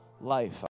life